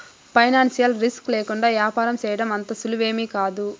financial risk లేకుండా యాపారం సేయడం అంత సులువేమీకాదు